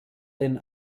den